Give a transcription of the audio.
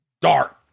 dark